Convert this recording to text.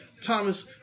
Thomas